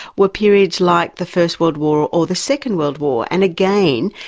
were periods like the first world war or the second world war, and again,